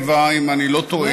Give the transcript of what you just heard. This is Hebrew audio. ב-02:15, אם אני לא טועה,